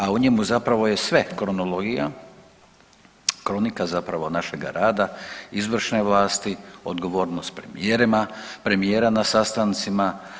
A u njemu je zapravo sve, kronologija, kronika zapravo našega rada, izvršne vlasti, odgovornost premijerima, premijera na sastancima.